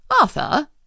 Arthur